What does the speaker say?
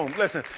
listen,